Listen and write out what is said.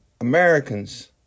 Americans